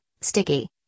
sticky